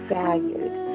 valued